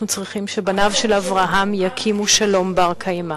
אנחנו צריכים שבניו של אברהם יקיימו שלום בר-קיימא.